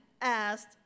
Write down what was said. asked